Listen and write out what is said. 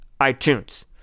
iTunes